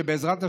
שבעזרת השם,